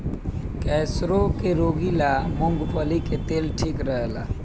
कैंसरो के रोगी ला मूंगफली के तेल ठीक रहेला